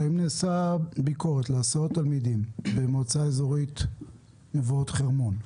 האם נעשתה ביקורות להסעות תלמידים במועצה אזורית מבואות חרמון?